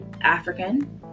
African